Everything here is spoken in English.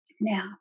Now